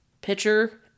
pitcher